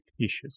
issues